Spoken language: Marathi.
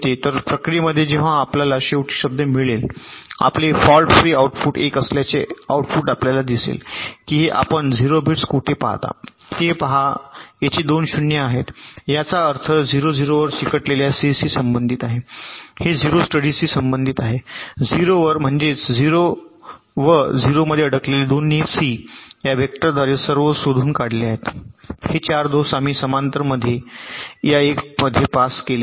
तर प्रक्रियेमध्ये जेव्हा आपल्याला शेवटी शब्द मिळेल आपले फॉल्ट फ्री आउटपुट 1 असल्याचे आउटपुट आपल्याला दिसेल की आपण 0 बिट्स कोठे पाहता ते पहा येथे 2 शून्य आहेत याचा अर्थ 0 0 वर चिकटलेल्या c शी संबंधित आहे हे 0 स्टडीशी संबंधित आहे ० वर म्हणजेच ० व ० मध्ये अडकलेले दोन्ही सी या वेक्टरद्वारे आणि सर्व शोधून काढले आहेत हे 4 दोष आम्ही समांतर मध्ये या 1 पास मध्ये एकत्रित केले आहेत